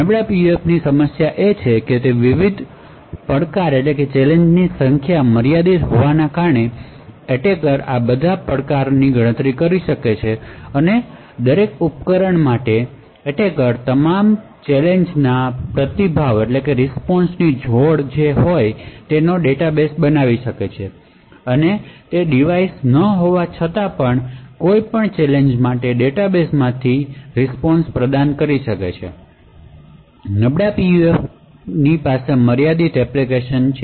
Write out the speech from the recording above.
નબળા PUF સાથેની સમસ્યા એ છે કે વિવિધ ચેલેન્જ ની સંખ્યા મર્યાદિત હોવાને કારણે હુમલાખોર આ બધા ચેલેન્જ ની ગણતરી કરી શકશે અને દરેક ઉપકરણ માટે હુમલાખોર તમામ ચેલેંજ ના રીસ્પોન્શ જોડીઓનો ડેટાબેઝ બનાવી શકશે અને તે ડિવાઇસ ન હોવા છતાં પણ હુમલાખોર કોઈ પણ ચેલેંજ માટે તેના ડેટાબેઝમાંથી રીસ્પોન્શ પ્રદાન કરી શકશે નબળા PUF પાસે મર્યાદિત એપ્લિકેશન છે